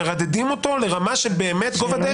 מרדדים אותו לרמה של גובה דשא.